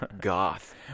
goth